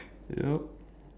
yup